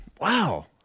Wow